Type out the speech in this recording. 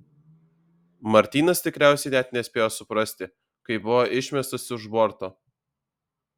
martynas tikriausiai net nespėjo suprasti kai buvo išmestas už borto